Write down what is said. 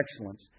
excellence